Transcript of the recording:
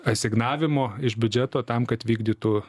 asignavimo iš biudžeto tam kad vykdytų